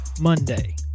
Monday